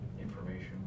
information